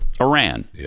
Iran